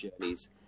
journeys